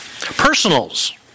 Personals